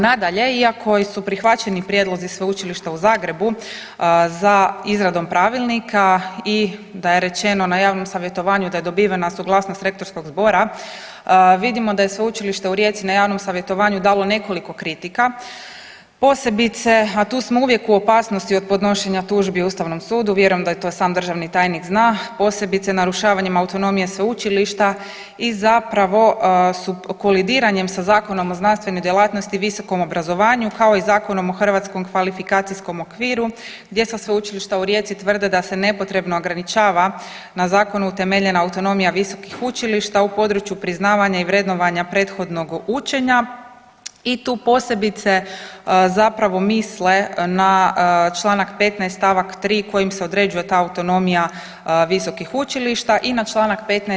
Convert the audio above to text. Nadalje, iako su prihvaćeni prijedlozi Sveučilišta u Zagrebu za izradom pravilnika i da je rečeno na javnom savjetovanju da je dobivena suglasnost rektorskog zbora vidimo da je Sveučilište u Rijeci na javnom savjetovanju dalo nekoliko kritika, posebice, a tu smo uvijek u opasnosti od podnošenja tužbi ustavnom sudu, vjerujem da to i sam državni tajnik zna, posebice narušavanjem autonomije sveučilišta i zapravo kolidiranjem sa Zakonom o znanstvenoj djelatnosti i visokom obrazovanju, kao i Zakonom o hrvatskom kvalifikacijskom okviru gdje sa Sveučilišta u Rijeci tvrde da se nepotrebno ograničava na zakonu utemeljena autonomija visokih učilišta u području priznavanja i vrednovanja prethodnog učenja i tu posebice zapravo misle na čl. 15. st. 3. kojim se određuje ta autonomija visokih učilišta i na čl. 15.